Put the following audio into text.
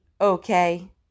okay